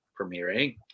premiering